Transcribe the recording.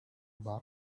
bar